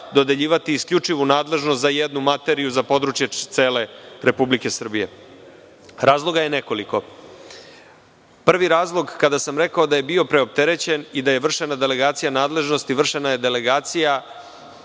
dodeljivati isključivu nadležnost za jednu materiju za područje cele Republike Srbije? Razloga je nekoliko. Prvi razlog, kada sam rekao da je bio preopterećen i da je vršena delegacija nadležnosti, vršena je delegacija